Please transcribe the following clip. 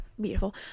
beautiful